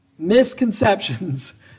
misconceptions